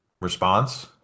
response